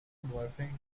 boyfriend